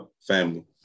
family